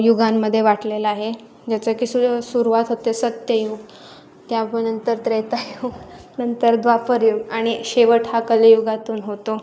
युगांमध्ये वाटलेला आहे ज्याचं की स सुरुवात होते सत्ययुग त्यानंतर त्रेतायुग नंतर द्वापरयुग आणि शेवट हा कलियुगातून होतो